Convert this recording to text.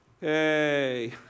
hey